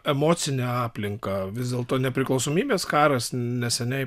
emocinę aplinką vis dėlto nepriklausomybės karas neseniai